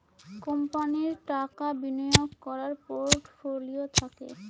কোম্পানির টাকা বিনিয়োগ করার পোর্টফোলিও থাকে